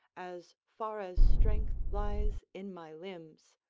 as far as strength lies in my limbs,